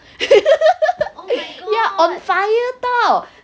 ya on fire [tau]